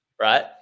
right